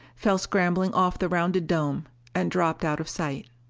fell scrambling off the rounded dome and dropped out of sight.